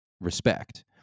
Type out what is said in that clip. respect